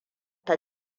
ta